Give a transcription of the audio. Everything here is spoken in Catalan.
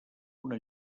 una